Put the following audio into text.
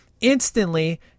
instantly